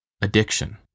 addiction